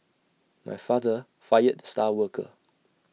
my father fired the star worker